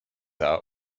are